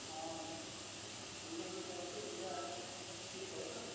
हाँ बीमा की पॉलिसी बढ़िया है सब सब ठीक है न